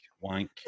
wank